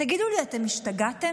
תגידו לי, אתם השתגעתם?